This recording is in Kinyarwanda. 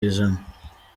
ijana